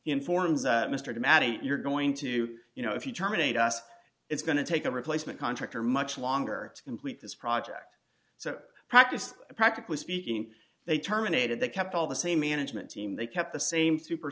informs mr to mattie you're going to you know if you terminate us it's going to take a replacement contractor much longer to complete this project so practiced practically speaking they terminated they kept all the same management team they kept the same super